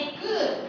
good